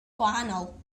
gwahanol